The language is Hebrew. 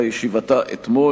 ישיבתה אתמול,